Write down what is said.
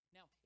Now